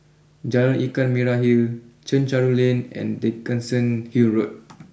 Jalan Ikan Merah Hill Chencharu Lane and Dickenson Hill Road